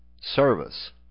service